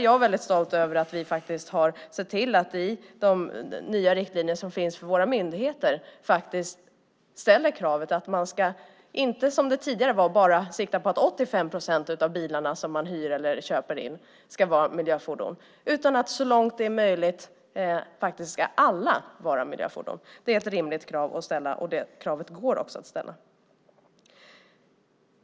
Jag är stolt över att vi har sett till att vi i de nya riktlinjer som finns för våra myndigheter ställer kravet att man inte som det tidigare var bara ska sikta på att 85 procent av de bilar som man hyr eller köper in ska vara miljöfordon utan att alla ska vara miljöfordon så långt det är möjligt. Det är ett rimligt krav att ställa, och det kravet går också att ställa.